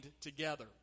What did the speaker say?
together